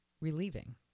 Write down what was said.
relieving